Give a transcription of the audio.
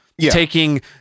taking